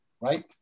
right